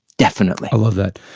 definitely i love that.